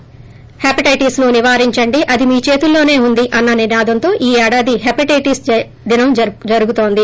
hepatitis ను నివారించండి అది మీ చేతుల్లోనే ఉంది అన్న నినాదంతో ఈ ఏడాది హెపటైటిస్ దినం జరుగుతోంది